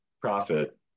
profit